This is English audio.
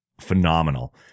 phenomenal